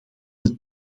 het